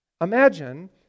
Imagine